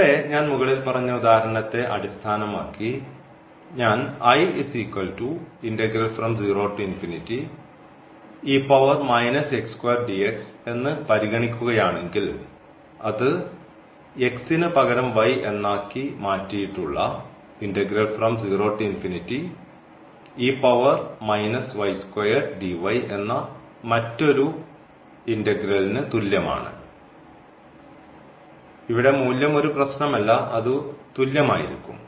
ഇവിടെ ഞാൻ മുകളിൽ പറഞ്ഞ ഉദാഹരണത്തെ അടിസ്ഥാനമാക്കി ഞാൻ എന്ന് പരിഗണിക്കുകയാണെങ്കിൽ അത് ന് പകരം എന്നാക്കി മാറ്റിയിട്ടുള്ള എന്ന മറ്റൊരു ഇന്റഗ്രൽന് തുല്യമാണ് ഇവിടെ മൂല്യം ഒരു പ്രശ്നമല്ല അതു തുല്യമായിരിക്കും